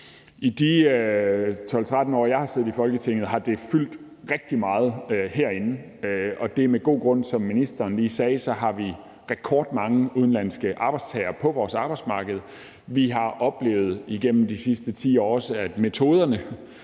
I de 12-13 år, jeg har siddet i Folketinget, har det fyldt rigtig meget herinde, og det er med god grund, for som ministeren lige sagde, har vi rekordmange udenlandske arbejdstagere på vores arbejdsmarked. Vi har oplevet igennem de sidste 10 år, at metoderne